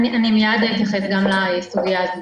אני אתייחס מיד גם לסוגיה הזו.